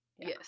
Yes